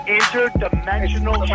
interdimensional